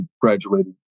graduated